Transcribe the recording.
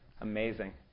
Amazing